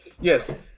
Yes